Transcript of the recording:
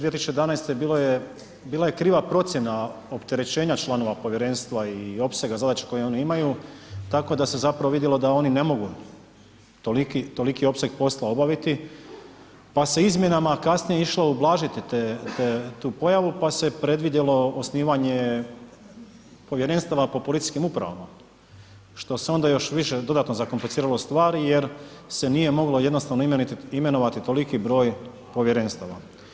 2011. bilo je, bila je kriva procjena opterećenja članova povjerenstva i opsega zadaća koje oni imaju tako da se zapravo vidjelo da oni ne mogu toliki, toliki opseg posla obaviti pa se izmjenama kasnije išlo ublažiti tu pojavu pa se predvidjelo osnivanje povjerenstava po policijskim upravama što se onda još više dodatno zakompliciralo stvar jer se nije moglo jednostavno imenovati toliki broj povjerenstava.